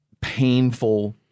painful